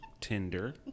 Tinder